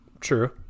True